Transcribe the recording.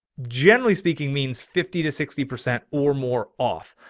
generally speaking means fifty to sixty percent or more off,